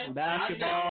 basketball